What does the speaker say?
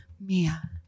Mia